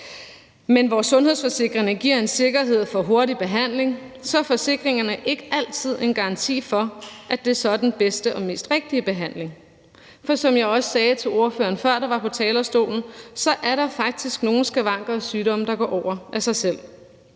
Men hvor sundhedsforsikringerne giver en sikkerhed for hurtig behandling, så er forsikringerne ikke altid en garanti for, at det så er den bedste og mest rigtige behandling. For som jeg også sagde til den ordfører, der var på talerstolen før, så er der faktisk nogle skavanker og sygdomme, der går over af sig selv.